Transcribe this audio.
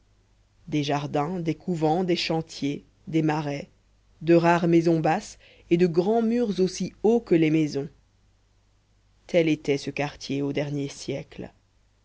des couvents des chantiers des marais de rares maisons basses et de grands murs aussi hauts que les maisons tel était ce quartier au dernier siècle